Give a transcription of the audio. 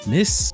Miss